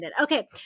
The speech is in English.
Okay